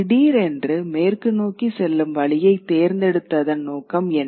திடீரென்று மேற்கு நோக்கி செல்லும் வழியைத் தேர்ந்தெடுத்ததன் நோக்கம் என்ன